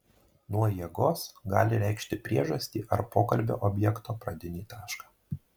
nuo jėgos gali reikšti priežastį ar pokalbio objekto pradinį tašką